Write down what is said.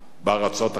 בארצות אחרות.